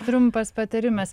trumpas patarimas